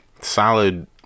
Solid